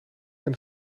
een